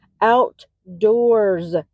outdoors